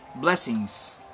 Blessings